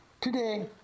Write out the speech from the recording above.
today